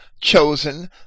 chosen